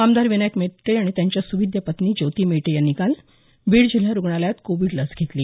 आमदार विनायक मेटे आणि त्यांच्या सुविद्य पत्नी ज्योती मेटे यांनी काल बीड जिल्हा रुग्णालयात कोविड लस घेतली